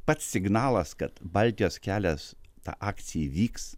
pats signalas kad baltijos kelias ta akcija įvyks